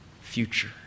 future